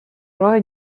راه